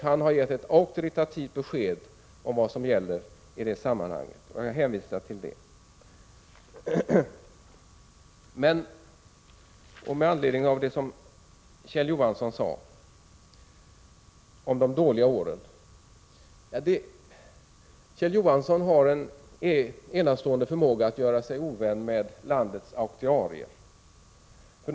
Han har givit ett auktoritativt besked om vad som gäller i detta sammanhang, och jag hänvisar till det. Jag vill med anledning av det som Kjell Johansson sade om de dåliga åren framhålla att Kjell Johansson har en enastående förmåga att göra sig ovän med landets aktuarier.